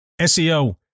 SEO